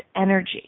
energy